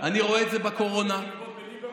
אני רואה את זה בקורונה, בליברמן?